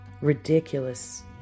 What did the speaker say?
ridiculous